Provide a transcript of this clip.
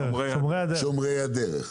של שומרי הדרך,